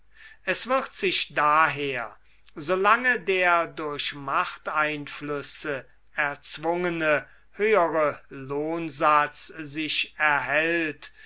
es wird sich daher so lange der durch machteinflüsse erzwungene höhere lohnsatz sich erhält